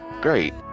Great